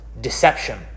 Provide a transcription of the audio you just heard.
deception